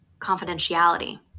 confidentiality